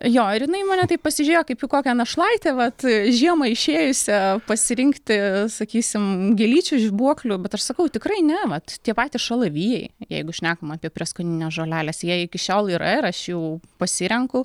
jo ir jinai į mane taip pasižiūrėjo kaip į kokią našlaitę vat žiemą išėjusią pasirinkti sakysim gėlyčių žibuoklių bet aš sakau tikrai ne vat tie patys šalavijai jeigu šnekam apie prieskonines žoleles jie iki šiol yra ir aš jų pasirenku